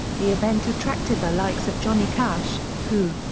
the event attracted the likes of johnny cash, who,